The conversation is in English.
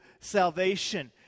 salvation